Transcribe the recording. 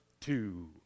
two